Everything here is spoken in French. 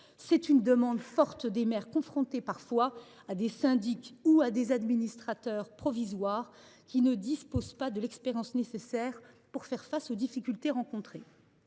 C’est une demande forte des maires, confrontés parfois à des syndics ou à des administrateurs provisoires qui ne disposent pas de l’expérience nécessaire pour faire face aux difficultés rencontrées.